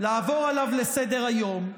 לעבור עליו לסדר-היום,